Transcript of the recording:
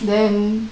and